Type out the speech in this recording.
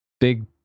big